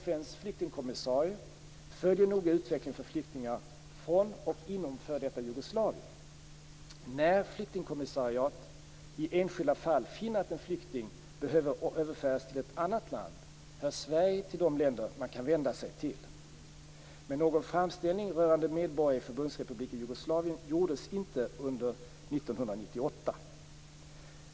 FN:s flyktingkommissariat följer noga situationen för flyktingar från och inom f.d. Jugoslavien. När flyktingkommissariatet i enskilda fall finner att en flykting behöver överföras till ett annat land hör Sverige till de länder man kan vända sig till. Men någon framställning rörande medborgare i Förbundsrepubliken Jugoslavien gjordes inte under 1998.